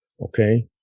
okay